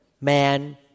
man